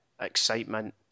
excitement